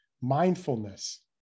mindfulness